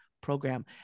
Program